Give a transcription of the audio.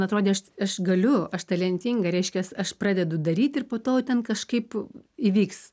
atrodė aš aš galiu aš talentinga reiškias aš pradedu daryti ir po to ten kažkaip įvyks